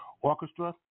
Orchestra